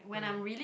mm